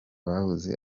babuze